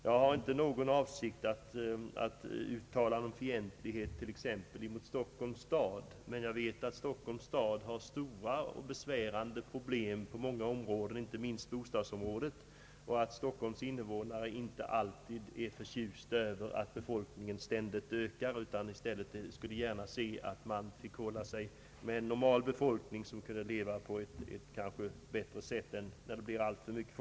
Jag har inte för avsikt att föra fram någon fientlighet t.ex. mot Stockholms stad, men jag vet att Stockholms stad har stora och besvärande problem på många områden — inte minst på bostadsområdet — och att Stockholms invånare inte alltid är förtjusta över att befolkningen ständigt ökar utan i stället gärna skulle se att staden fick hålla sig med en normal befolkning som kunde leva på ett bättre sätt än när befolkningen blir alltför stor.